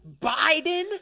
Biden